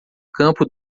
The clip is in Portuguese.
campo